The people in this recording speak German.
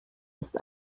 ist